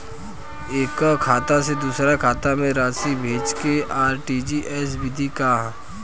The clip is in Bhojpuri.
एकह खाता से दूसर खाता में राशि भेजेके आर.टी.जी.एस विधि का ह?